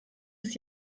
ist